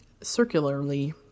circularly